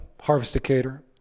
harvesticator